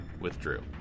withdrew